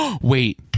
Wait